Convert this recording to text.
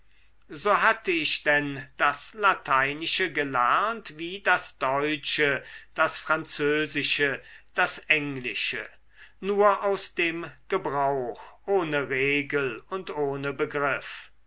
so hatte ich denn das lateinische gelernt wie das deutsche das französische das englische nur aus dem gebrauch ohne regel und ohne begriff